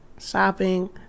shopping